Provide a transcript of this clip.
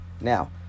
Now